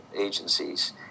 agencies